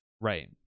right